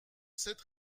cette